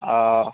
ओ